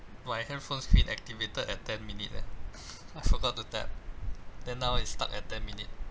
my handphone screen activated at ten minute leh I forgot to tap then now it's stuck at ten minute